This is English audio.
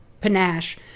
panache